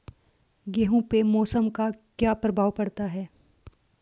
गेहूँ पे मौसम का क्या प्रभाव पड़ता है?